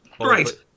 Great